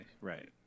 Right